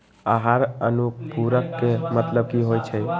आहार अनुपूरक के मतलब की होइ छई?